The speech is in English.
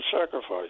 sacrifice